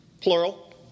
plural